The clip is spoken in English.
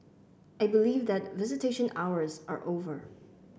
I believe that visitation hours are over